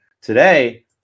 Today